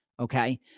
Okay